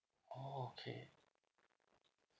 orh okay